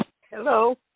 Hello